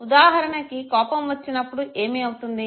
ఉదాహారానికి కోపం వచ్చినప్పుడు ఏమి అవుతుంది